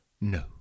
No